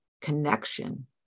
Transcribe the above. connection